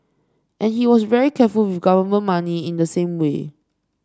and he was very careful with government money in the same way